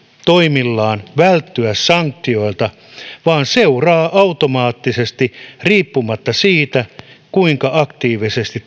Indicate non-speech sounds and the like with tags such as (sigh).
toimillaan välttyä sanktioilta vaan ne seuraavat automaattisesti riippumatta siitä kuinka aktiivisesti (unintelligible)